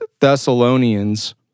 Thessalonians